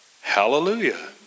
Hallelujah